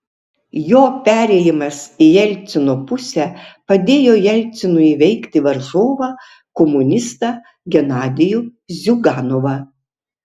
jo perėjimas į jelcino pusę padėjo jelcinui įveikti varžovą komunistą genadijų ziuganovą